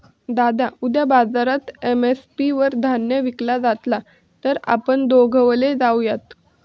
दादा उद्या बाजारात एम.एस.पी वर धान्य विकला जातला तर आपण दोघवले जाऊयात